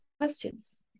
questions